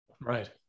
right